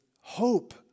hope